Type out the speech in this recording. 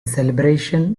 celebration